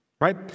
right